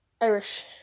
Irish